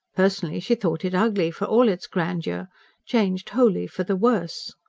personally she thought it ugly, for all its grandeur changed wholly for the worse.